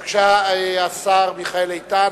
בבקשה, השר מיכאל איתן,